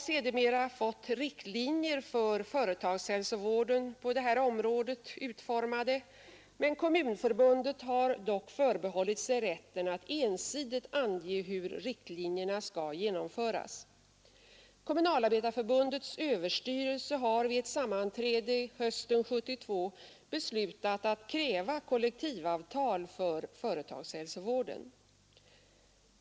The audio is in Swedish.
Sedermera har riktlinjer för företagshälsovården på detta område utformats. Kommunförbundet har dock förbehållit sig rätten att ensidigt ange hur riktlinjerna skall genomföras. Kommunalarbetareförbundets överstyrelse har vid sammanträde hösten 1972 beslutat kräva kollektivavtal för företagshälsovården.